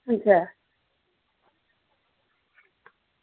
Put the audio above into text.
ठीक ऐ